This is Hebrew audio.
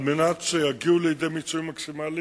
על מנת שיגיעו לידי מיצוי מקסימלי